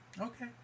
Okay